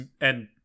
and-